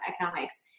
economics